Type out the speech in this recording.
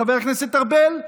חבר כנסת ארבל,